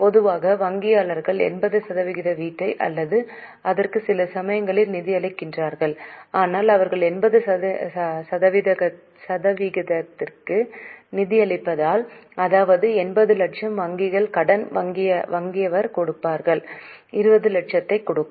பொதுவாக வங்கியாளர்கள் 80 சதவிகித வீட்டை அல்லது அதற்கு சில சமயங்களில் நிதியளிக்கின்றனர் ஆனால் அவர்கள் 80 சதவிகிதத்திற்கு நிதியளித்தால் அதாவது 80 லட்சம் வங்கிகள் கடன் வாங்கியவர் கொடுக்கும் 20 லட்சத்தை கொடுக்கும்